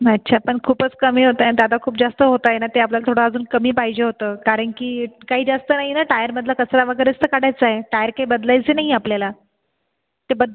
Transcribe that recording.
अच्छा पण खूपंच कमी होतं आहे दादा खूप जास्त होतं आहे ना ते आपल्याला थोडा अजून कमी पाहिजे होतं कारण की काही जास्त नाही ना टायरमधला कचरा वगैरेच तर काढायचा आहे टायर काही बदलायचं नाही आहे आपल्याला ते बद्